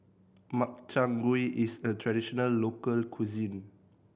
Makchang Gui is a traditional local cuisine